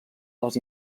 els